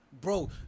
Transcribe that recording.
bro